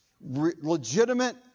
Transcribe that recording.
Legitimate